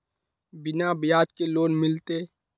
बिना ब्याज के लोन मिलते?